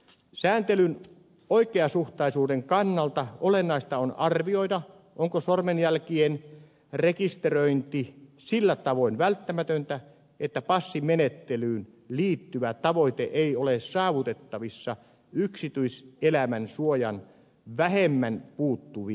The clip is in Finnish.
sääntelyn oikeasuhtaisuuden kannalta olennaista on arvioida onko sormenjälkien rekisteröinti sillä tavoin välttämätöntä että passimenettelyyn liittyvä tavoite ei ole saavutettavissa yksityiselämän suojaan vähemmän puuttuvin keinoin